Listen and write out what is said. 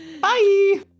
Bye